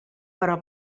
però